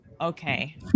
okay